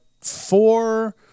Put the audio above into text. four